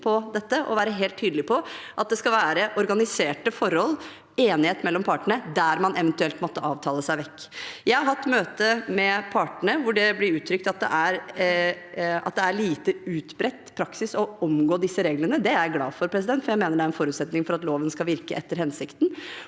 og være helt tydelig på at det skal være organiserte forhold og enighet mellom partene der man eventuelt måtte avtale seg vekk. Jeg har hatt møte med partene, hvor det ble uttrykt at det er en lite utbredt praksis å omgå disse reglene. Det er jeg glad for, for jeg mener det er en forutsetning for at loven skal virke etter hensikten.